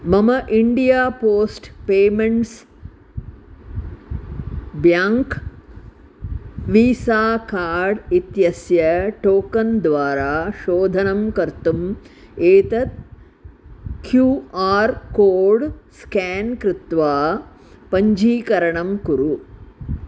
मम India post payments bank Visa card इत्यस्य token द्वारा शोधनं कर्तुम् एतत् ख्यू आर् कोड् स्केन् कृत्वा पञ्चीकरणं कुरु